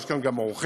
יש כאן גם אורחים,